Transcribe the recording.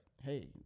Hey